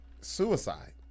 suicide